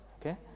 Okay